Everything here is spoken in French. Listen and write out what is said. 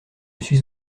suis